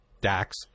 Dax